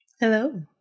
Hello